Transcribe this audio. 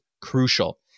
crucial